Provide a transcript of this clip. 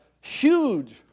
huge